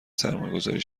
سرمایهگذاری